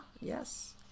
Yes